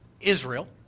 Israel